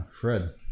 Fred